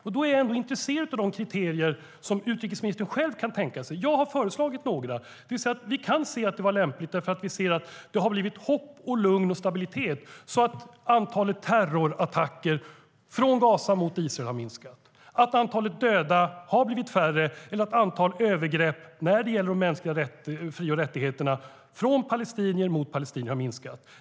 Jag är därför intresserad av de kriterier som utrikesministern själv kan tänka sig. Jag har föreslagit några: Vi kan se att det var lämpligt för att det har blivit hopp, lugn och stabilitet så att antalet terrorattacker från Gaza mot Israel har minskat, att antalet döda har minskat eller att antalet övergrepp mot de mänskliga fri och rättigheterna av palestinier mot palestinier har minskat.